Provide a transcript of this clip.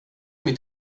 mitt